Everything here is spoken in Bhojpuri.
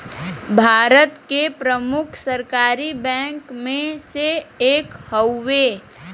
भारत के प्रमुख सरकारी बैंक मे से एक हउवे